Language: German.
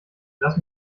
lass